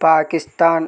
Pakistan